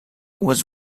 was